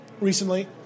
recently